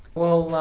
well,